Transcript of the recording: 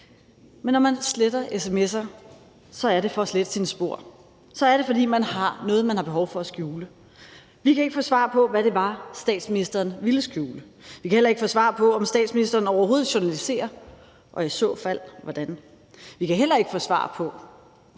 Men når man sletter sms'er, er det for at slette sine spor. Så er det, fordi man har noget, man har behov for at skjule. Vi kan ikke få svar på, hvad det var, statsministeren ville skjule. Vi kan heller ikke få svar på, om statsministeren overhovedet journaliserer, og i bekræftende fald hvordan. Vi kan heller ikke få svar på,